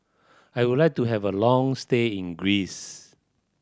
I would like to have a long stay in Greece